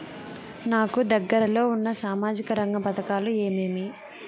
నాకు దగ్గర లో ఉన్న సామాజిక రంగ పథకాలు ఏమేమీ?